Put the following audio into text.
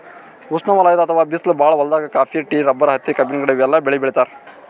ಉಷ್ಣವಲಯದ್ ಅಥವಾ ಬಿಸ್ಲ್ ಭಾಳ್ ಹೊಲ್ದಾಗ ಕಾಫಿ, ಟೀ, ರಬ್ಬರ್, ಹತ್ತಿ, ಕಬ್ಬಿನ ಗಿಡ ಇವೆಲ್ಲ ಬೆಳಿ ಬೆಳಿತಾರ್